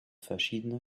verschiedene